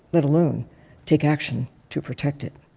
let alone take action to protect it.